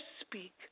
speak